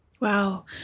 Wow